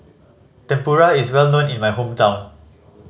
tempura is well known in my hometown